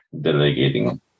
delegating